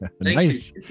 nice